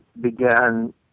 began